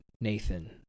Nathan